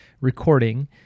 recording